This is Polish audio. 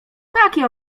takie